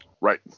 Right